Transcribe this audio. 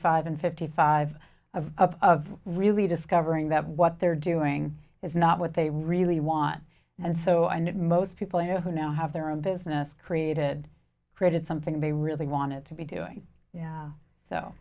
five and fifty five of of really discovering that what they're doing is not what they really want and so i and most people i know who now have their own business created created something they really wanted to be doing yeah so